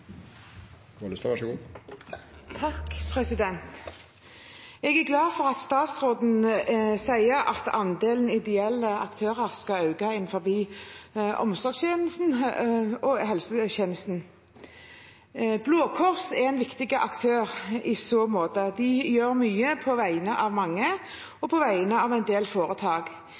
glad for at statsråden sier at andelen ideelle aktører skal øke innenfor omsorgstjenesten og helsetjenesten. Blå Kors er en viktig aktør i så måte. De gjør mye på vegne av mange og på vegne av en del foretak.